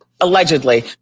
allegedly